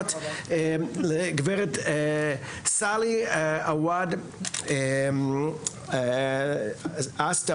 לפנות לגברת סאלי עווד עספור,